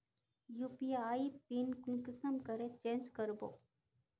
UPI PIN कुंसम करे change करबो?